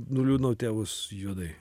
nuliūdinau tėvus juodai